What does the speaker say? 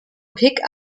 pick